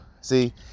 See